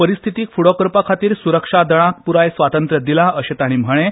परिस्थितीक फुडो करपा खातीर सुरक्षा दळांक पुराय स्वातंत्र्य दिलां अशें तांणी म्हणलें